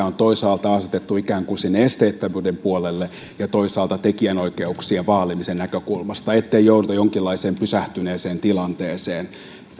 on toisaalta asetettu ikään kuin sinne esteettömyyden puolelle ja toisaalta tekijänoikeuksien vaalimisen näkökulmasta ettei jouduta jonkinlaiseen pysähtyneeseen tilanteeseen